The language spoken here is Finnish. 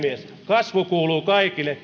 kasvu kuuluu kaikille